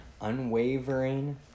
unwavering